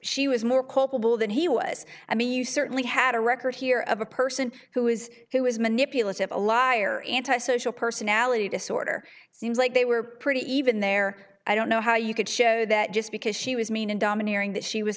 she was more culpable than he was i mean you certainly have a record here of a person who is who was manipulative a lie or anti social personality disorder it seems like they were pretty even there i don't know how you could show that just because she was mean and domineering that she was